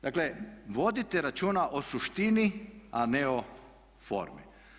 Dakle, vodite računa o suštini, a ne o formi.